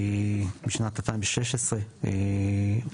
משנת 2016,